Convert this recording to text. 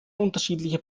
unterschiedliche